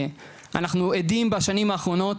אנחנו עדים בשנים האחרונות,